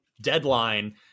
deadline